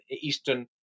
Eastern